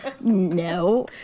No